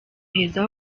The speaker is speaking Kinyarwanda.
heza